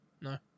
no